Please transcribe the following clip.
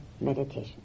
meditation